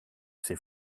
ses